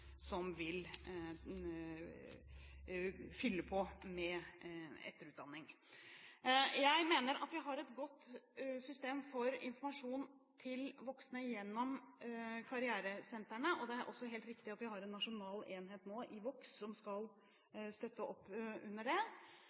som vil fylle på med etterutdanning. Jeg mener at vi har et godt system for informasjon til voksne gjennom karrieresentrene, og det er også helt riktig at vi nå har en nasjonal enhet i Vox, som skal støtte opp under det.